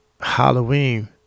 Halloween